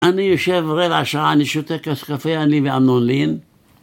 אני יושב רבע שעה, אני שותה כוס קפה אני ועמנולין